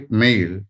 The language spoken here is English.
mail